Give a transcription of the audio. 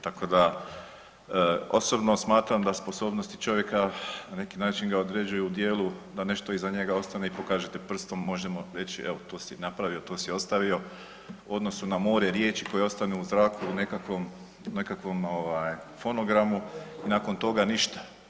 Tako da osobno smatram da sposobnosti čovjeka na neki način ga određuju u dijelu da nešto iza njega ostane i pokažete prstom, možemo reći evo tu si napravio, to si ostavio u odnosu na more riječi koje ostanu u zraku u nekakvom, u nekakvom ovaj fonogramu i nakon toga ništa.